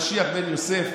למשיח בן יוסף,